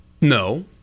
No